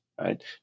right